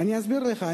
אני אסביר לך.